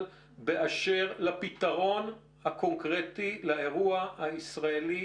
באשר לפתרון הקונקרטי לאירוע הישראלי,